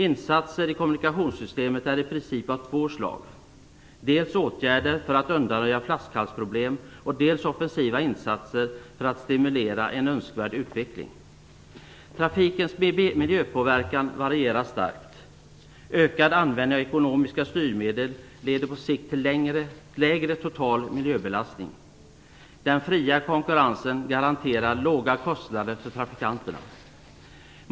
Insatser i kommunikationssystemet är i princip av två slag: dels åtgärder för att undanröja flaskhalsproblem, dels offensiva insatser för att stimulera en önskvärd utveckling. Trafikens miljöpåverkan varierar starkt. Ökad användning av ekonomiska styrmedel leder på sikt till lägre total miljöbelastning. Den fria konkurrensen garanterar låga kostnader för trafikanterna.